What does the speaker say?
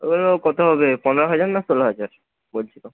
ওগুলো কত হবে পনেরো হাজার না ষোলো হাজার বলছিলো